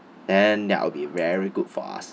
then that'll be very good for us